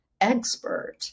expert